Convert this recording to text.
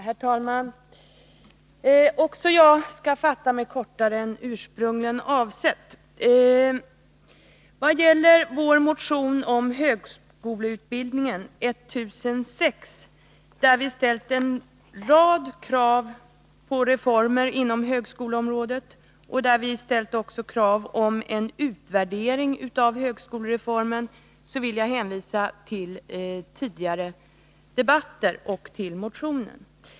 Herr talman! Också jag skall fatta mig kortare än ursprungligen avsetts. Vad beträffar vår motion 1006 om högskoleutbildning, där vi ställt en rad krav på reformer inom högskoleområdet och där vi också ställt krav på en utvärdering av högskolereformen, vill jag hänvisa till tidigare debatter och till motionen.